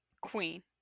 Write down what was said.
Queen